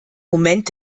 moment